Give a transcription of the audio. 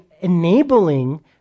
enabling